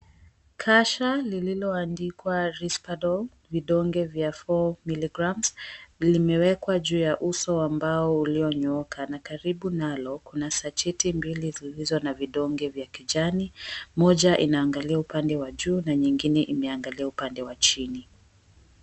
Kasha lililoandikwa, Rispadong vidonge vya 4ml, limewekwa juu ya uso wa mbao ulionyooka na karibu nalo kuna sacheti mbili zilizo na vidonge vya kijani. Moja inaangalia upande wa juu na nyingine inaangalia upande wa chini.